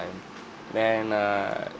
when err